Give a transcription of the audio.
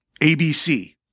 ABC